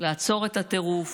לעצור את הטירוף